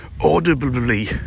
audibly